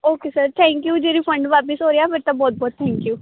okay sir thank you ਜੇ refund ਵਾਪਿਸ ਹੋ ਰਿਹਾ ਫਿਰ ਤਾਂ ਬਹੁਤ ਬਹੁਤ ਥੈਂਕ ਯੂ